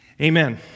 Amen